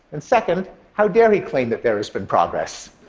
and second, how dare he claim that there has been progress.